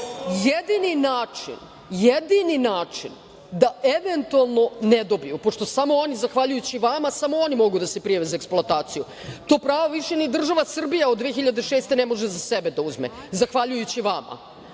građanima. Jedini način da eventualno ne dobiju, pošto samo oni zahvaljujući vama, samo oni mogu da se prijave za eksploataciju, to pravo više ni država Srbija od 2006. godine ne može za sebe da uzme, zahvaljujući vama